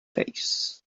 face